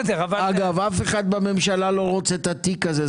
אגב, אף אחד בממשלה לא רוצה את התיק הזה.